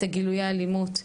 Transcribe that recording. את גילויי האלימות,